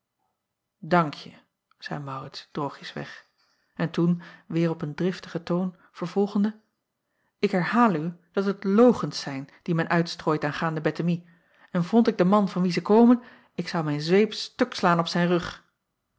soort ankje zeî aurits droogjesweg en toen weêr op een driftigen toon vervolgende ik herhaal u dat het logens zijn die men uitstrooit aangaande ettemie en vond ik den man van wien ze komen ik zou mijn zweep stukslaan op zijn rug